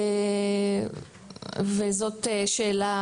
וזו שאלה,